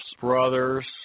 brothers